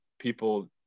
people